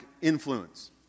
influence